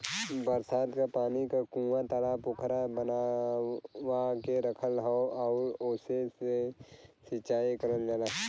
बरसात क पानी क कूंआ, तालाब पोखरा बनवा के रखल हौ आउर ओसे से सिंचाई करल जाला